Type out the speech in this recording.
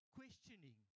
questioning